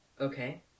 Okay